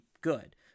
good